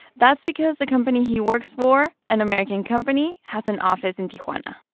that's because the company he works for, an american company, has an office in tijuana